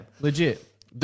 legit